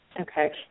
Okay